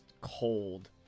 cold